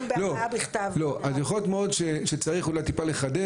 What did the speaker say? שצריך לחדד,